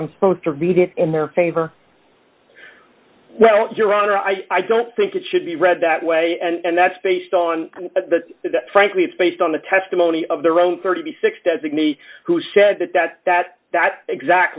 i'm supposed to read it in their favor well your honor i don't think it should be read that way and that's based on a frankly it's based on the testimony of their own thirty six designee who said that that that that exact